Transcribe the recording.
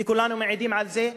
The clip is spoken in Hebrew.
וכולנו מעידים על זה,